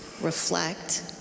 reflect